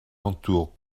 entoure